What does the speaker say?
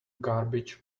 garbage